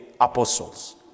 apostles